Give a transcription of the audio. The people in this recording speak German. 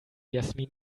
jasmin